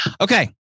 okay